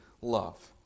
love